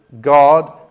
God